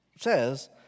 says